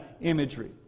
imagery